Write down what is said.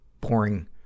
Boring